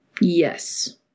Yes